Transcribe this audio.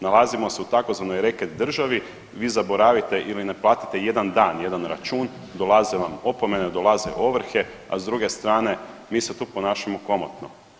Nalazimo se u tzv. reket državi, vi zaboravite ili ne platite jedan dan jedan račun, dolaze vam opomene, dolaze ovrhe, a s druge strane mi se tu ponašamo komotno.